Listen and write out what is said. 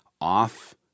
off